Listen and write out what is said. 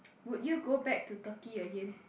would you go back to Turkey again